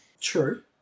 True